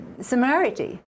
similarity